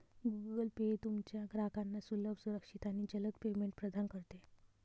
Google pay तुमच्या ग्राहकांना सुलभ, सुरक्षित आणि जलद पेमेंट प्रदान करते